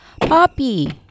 Poppy